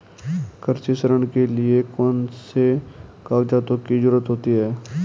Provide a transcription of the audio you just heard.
कृषि ऋण के लिऐ कौन से कागजातों की जरूरत होती है?